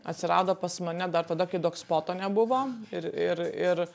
atsirado pas mane dar tada kai dogspoto nebuvo ir ir ir